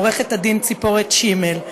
לעורכת-הדין ציפורת שימל,